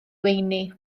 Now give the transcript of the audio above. weini